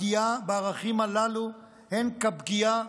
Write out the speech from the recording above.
הפגיעה בערכים הללו היא כפגיעה